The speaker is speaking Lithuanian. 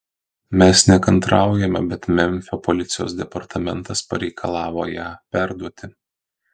mes nekantraujame bet memfio policijos departamentas pareikalavo ją perduoti